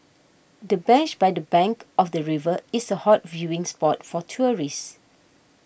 the bench by the bank of the river is a hot viewing spot for tourists